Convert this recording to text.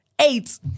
eight